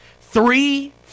Three